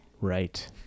Right